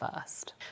first